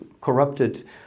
corrupted